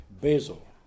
Basil